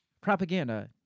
propaganda